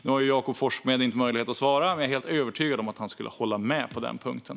Nu har Jakob Forssmed inte möjlighet att svara, men jag är helt övertygad om att han skulle hålla med mig på den punkten.